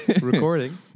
recording